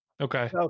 Okay